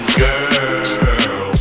girl